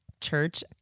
church